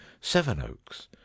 Sevenoaks